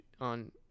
on